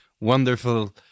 wonderful